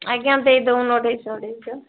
ଆଜ୍ଞା ଦେଇ ଦେଉନ ଅଢ଼େଇଶହ ଅଢ଼େଇଶହ